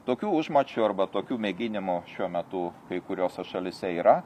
tokių užmačių arba tokių mėginimų šiuo metu kai kuriose šalyse yra